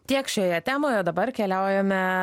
tiek šioje temoje o dabar keliaujame